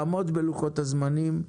לעמוד בלוחות הזמנים.